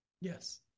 yes